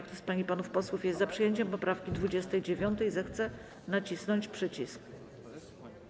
Kto z pań i panów posłów jest za przyjęciem poprawki 29., zechce nacisnąć przycisk.